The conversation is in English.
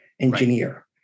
engineer